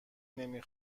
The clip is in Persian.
نمی